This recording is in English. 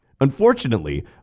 Unfortunately